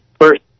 first